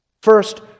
First